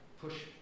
push